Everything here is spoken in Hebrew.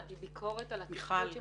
ביקורת על המרפאה?